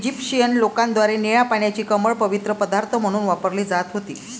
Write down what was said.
Egyptian लोकांद्वारे निळ्या पाण्याची कमळ पवित्र पदार्थ म्हणून वापरली जात होती